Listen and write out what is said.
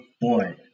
boy